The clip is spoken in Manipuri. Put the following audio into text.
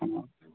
ꯑꯥ